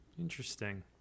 Interesting